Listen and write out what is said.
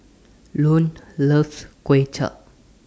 Lone loves Kuay Chap